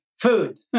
food